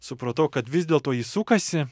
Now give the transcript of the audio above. supratau kad vis dėlto ji sukasi